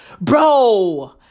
bro